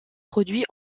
produits